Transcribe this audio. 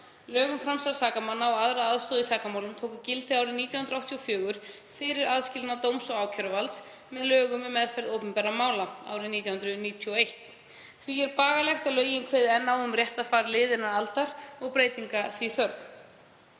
Lög um framsal sakamanna og aðra aðstoð í sakamálum tóku gildi árið 1984, fyrir aðskilnað dóms- og ákæruvalds, með lögum um meðferð opinberra mála árið 1991. Því er bagalegt að lögin kveði enn á um réttarfar liðinnar aldar og breytinga því þörf.